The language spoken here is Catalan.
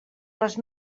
les